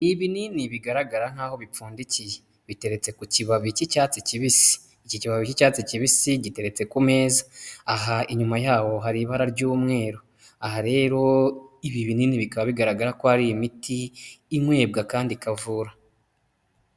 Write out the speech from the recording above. ibinini bigaragara nk'aho bipfundikiye, biteretse ku kibabi cy'icyatsi kibisi. Iki kibabi cy'icyatsi kibisi giteretse ku meza, aha inyuma yaho hari ibara ry'umweru. Aha rero ibi binini bikaba bigaragara ko hari imiti inywebwa kandi ikavura.